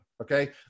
okay